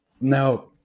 Now